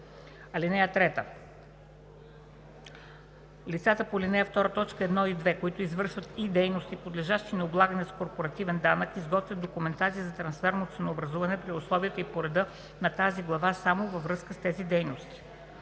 (3) Лицата по ал. 2, т. 1 и 2, които извършват и дейности, подлежащи на облагане с корпоративен данък, изготвят документация за трансферно ценообразуване при условията и по реда на тази глава само във връзка с тези дейности.